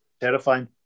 terrifying